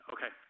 Okay